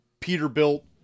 Peterbilt